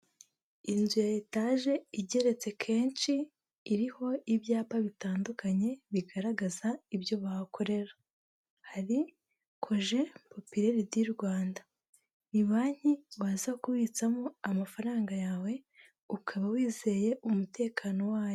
Inzu ya etage igeretse kenshi iriho ibyapa bitandukanye bigaragaza ibyo bahakorera, hari koje popirere di Rwanda, ni Banki waza kubitsamo amafaranga yawe, ukaba wizeye umutekano wayo.